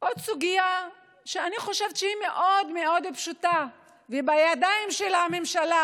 עוד סוגיה שאני חושבת שהיא מאוד מאוד פשוטה והיא בידיים של הממשלה